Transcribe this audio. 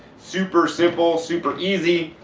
super simple, super easy.